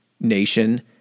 nation